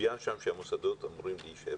מצוין שם שהמוסדות אמורים להישאר פתוחים.